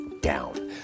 down